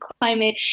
climate